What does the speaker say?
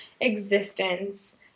existence